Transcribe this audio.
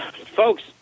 folks